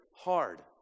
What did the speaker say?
hard